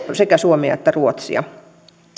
sekä suomea että ruotsia